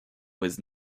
was